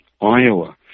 Iowa